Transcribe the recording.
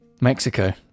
Mexico